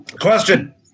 Question